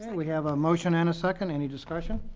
we have a motion and a second. any discussion?